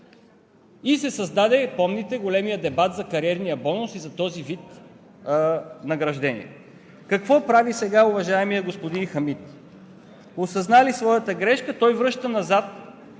и се създаде. Помните големия дебат за кариерния бонус и за този вид награждаване. Какво прави сега уважаемият господин Хамид? Осъзнали своята грешка, той връща назад,